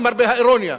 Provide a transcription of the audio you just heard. למרבה האירוניה.